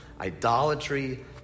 idolatry